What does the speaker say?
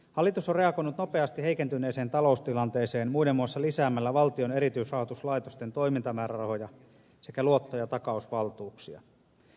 hallitus on reagoinut nopeasti heikentyneeseen taloustilanteeseen muiden muassa lisäämällä valtion erityisrahoituslaitosten toimintamäärärahoja sekä luotto ja takausvaltuuksia